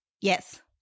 Yes